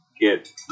get